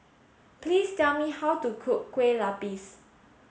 please tell me how to cook Kue Lupis